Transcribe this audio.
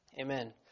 Amen